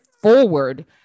forward